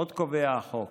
עוד קובע החוק